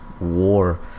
war